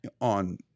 on